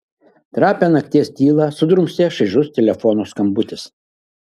trapią nakties tylą sudrumstė šaižus telefono skambutis